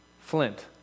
Flint